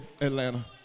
Atlanta